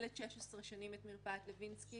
כבר 16 שנה אני מנהלת את מרפאת לוינסקי